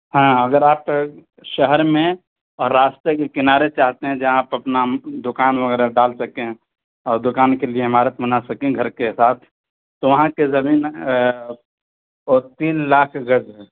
ہاں اگر آپ شہر میں اور راستے کے کنارے چاہتے ہیں جہاں آپ اپنا دوکان وغیرہ ڈال سکیں اور دوکان کے لیے عمارت بنا سکیں گھر کے ساتھ تو وہاں کی زمین وہ تین لاکھ گز ہے